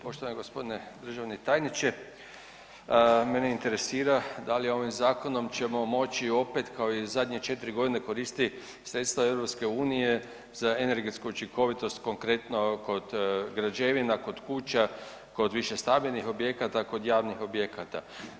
Poštovani gospodine državni tajniče, mene interesira da li ovim zakonom ćemo moći opet kao i zadnje 4 godine koristiti sredstva Europske unije za energetsku učinkovitost, konkretno kod građevina, kod kuća, kod višestambenih objekata, kod javnih objekata?